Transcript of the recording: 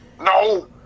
No